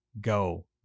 go